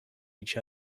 each